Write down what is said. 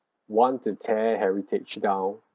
want to tear heritage down